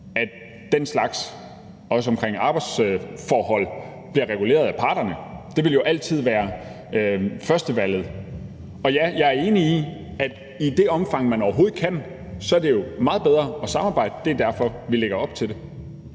omkring arbejdsforhold, bliver reguleret af parterne. Det vil jo altid være førstevalget. Ja, jeg er enig i, at i det omfang, man overhovedet kan, er det meget bedre at samarbejde, og det er jo derfor, vi lægger op til det.